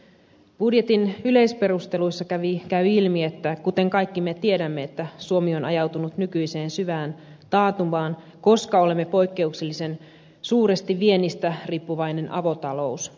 budjetin yleisperusteluista käy ilmi kuten kaikki me tiedämme että suomi on ajautunut nykyiseen syvään taantumaan koska olemme poikkeuksellisen suuresti viennistä riippuvainen avotalous